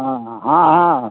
हँ हँ हँ हँ